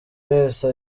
wese